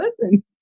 listen